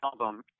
album